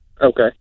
Okay